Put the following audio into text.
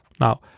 Now